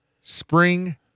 spring